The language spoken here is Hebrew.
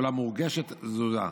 אולם מורגשת תזוזה.